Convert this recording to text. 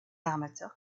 armateur